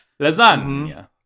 Lasagna